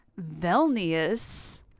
Velnius